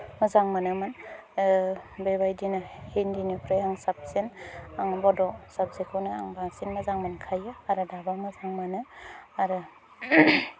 मोजां मोनोमोन बेबायदिनो हिन्दीनिफ्राय आं साबसिन आं बड' साबजेक्टखोनो आं बांसिन मोजां मोनखायो आरो दाबो मोजां मोनो आरो